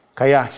kaya